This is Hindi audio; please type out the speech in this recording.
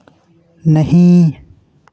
नहीं